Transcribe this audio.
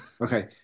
okay